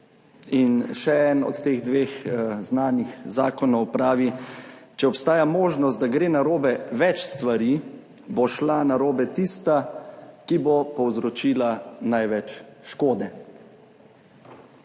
In še en od teh dveh znanih zakonov pravi: Če obstaja možnost, da gre narobe več stvari, bo šla narobe tista, ki bo povzročila največ škode.